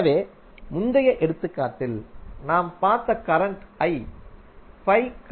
எனவே முந்தைய எடுத்துக்காட்டில் நாம் பார்த்த கரண்ட் i